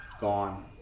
Gone